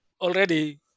already